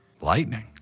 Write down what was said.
Lightning